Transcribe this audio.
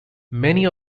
many